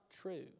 true